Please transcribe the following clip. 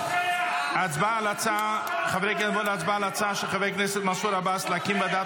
נעבור להצבעה על ההצעה של חבר הכנסת מנסור עבאס להקים ועדת